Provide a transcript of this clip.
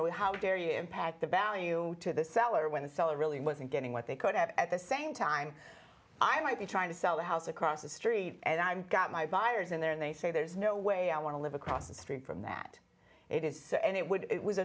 know how dare you packed the value to the seller when the seller really wasn't getting what they could have at the same time i might be trying to sell the house across the street and i'm got my buyers in there and they say there's no way i want to live across the street from that it is and it would it was